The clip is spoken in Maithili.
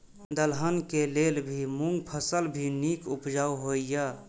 दलहन के लेल भी मूँग फसल भी नीक उपजाऊ होय ईय?